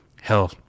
hell